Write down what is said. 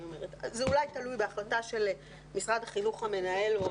זה אולי תלוי בהחלטה של משרד החינוך או המנהל,